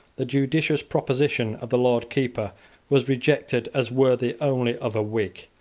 the judicious proposition of the lord keeper was rejected as worthy only of a whig,